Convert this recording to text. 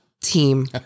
team